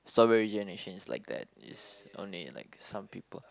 strawberry generation is like that is only like some people